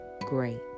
great